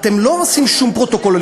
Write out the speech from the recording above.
אתם לא עושים שום פרוטוקול,